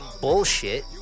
bullshit